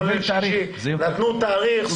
כולל שישי נתנו תאריך,